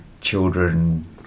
children